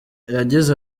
yagize